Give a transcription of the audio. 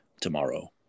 tomorrow